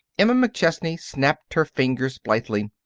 emma mcchesney snapped her fingers blithely.